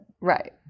Right